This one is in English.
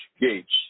gates